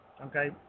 Okay